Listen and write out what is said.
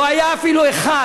לא היה אפילו אחד.